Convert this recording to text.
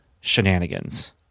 shenanigans